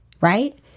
right